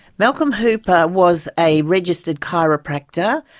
malcolm hooper was a registered chiropractor.